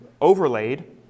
overlaid